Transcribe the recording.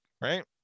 right